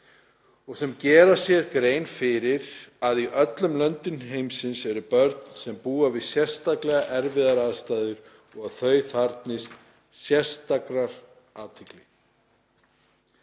sem gera sér grein fyrir að í öllum löndum heims eru börn sem búa við sérstaklega erfiðar aðstæður, og að þau þarfnist sérstakrar athygli